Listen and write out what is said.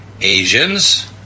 Asians